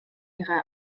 ihre